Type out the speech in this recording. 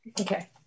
Okay